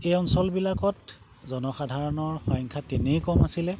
এই অঞ্চলবিলাকত জনসাধাৰণৰ সংখ্যা তেনেই কম আছিলে